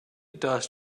dust